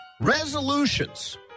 Resolutions